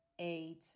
eight